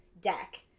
deck